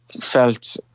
felt